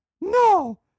no